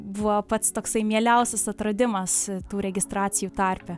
buvo pats toksai mieliausias atradimas tų registracijų tarpe